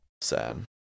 sad